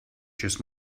just